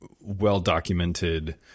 well-documented